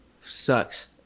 sucks